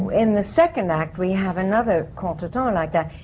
in the second act, we have another contretemps like that.